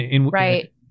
Right